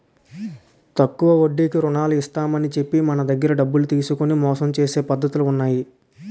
తక్కువ వడ్డీకి రుణాలు ఇస్తామని చెప్పి మన దగ్గర డబ్బులు తీసుకొని మోసం చేసే పద్ధతులు ఉన్నాయి